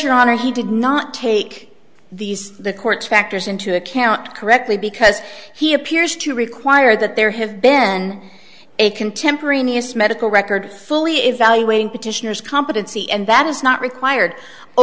your honor he did not take these the court factors into account correctly because he appears to require that there have been a contemporaneous medical record fully evaluating petitioners competency and that is not required